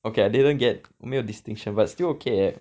okay I didn't get 我没有 distinction but still okay eh